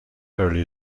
early